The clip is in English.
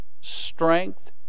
strength